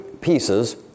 pieces